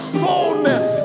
fullness